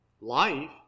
life